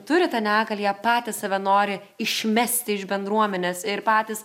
turi tą negalią jie patys save nori išmesti iš bendruomenės ir patys